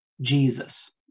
Jesus